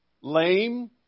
lame